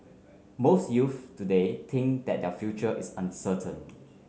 most youths today think that their future is uncertain